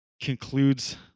concludes